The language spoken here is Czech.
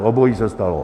Obojí se stalo.